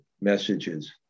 messages